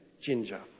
Ginger